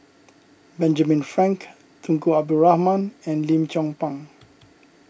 Benjamin Frank Tunku Abdul Rahman and Lim Chong Pang